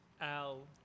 Al